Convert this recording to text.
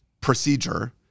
procedure